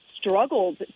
struggled